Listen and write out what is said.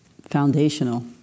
foundational